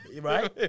right